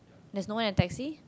there's no one in a taxi